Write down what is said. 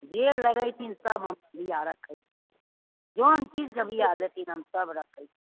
जे लगैथिन सब हम बिआ रखैत छी जौन चीजके बिआ लेथिन हम सब रखैत छी